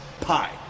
pie